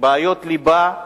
בעיות ליבה,